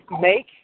make